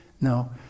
No